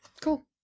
cool